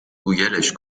گوگلش